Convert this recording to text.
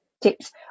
tips